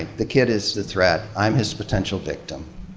the kid is the threat, i'm his potential victim.